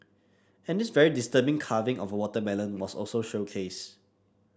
and this very disturbing carving of a watermelon was also showcased